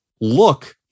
look